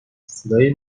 صدای